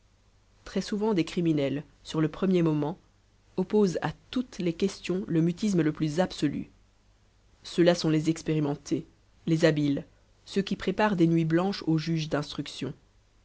très-souvent des criminels sur le premier moment opposent à toutes les questions le mutisme le plus absolu ceux-là sont les expérimentés les habiles ceux qui préparent des nuits blanches aux juges d'instruction